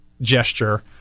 gesture